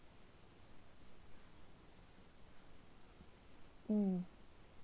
mm